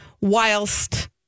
whilst